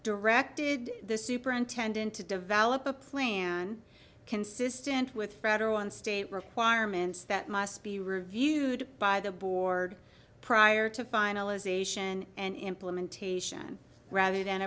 directed the superintendent to develop a plan consistent with federal and state requirements that must be reviewed by the board prior to finalization and implementation ra